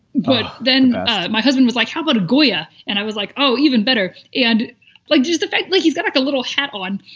but then my husband was like, how about a goya? and i was like, oh, even better. and like, just the fact, like, he's got like a little hat on.